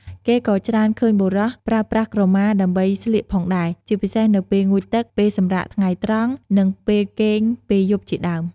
គេក៏ច្រើនឃើញបុរសប្រើប្រាស់ក្រមាដើម្បីស្លៀកផងដែរ ជាពិសេសនៅពេល ងូតទឹក ពេលសម្រាកថ្ងៃត្រង់ និងពេលគេងពេលយប់ជាដើម។